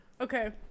Okay